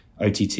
OTT